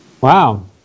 Wow